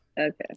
okay